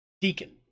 Deacon